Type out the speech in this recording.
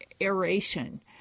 aeration